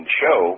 show